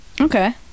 Okay